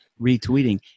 retweeting